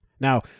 Now